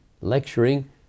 lecturing